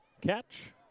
catch